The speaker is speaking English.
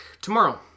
Tomorrow